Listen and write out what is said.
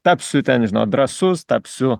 tapsiu ten nežinau drąsus tapsiu